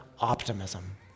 optimism